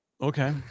Okay